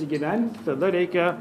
įgyvendinti tada reikia